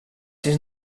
sis